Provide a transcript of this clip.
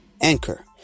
Anchor